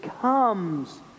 comes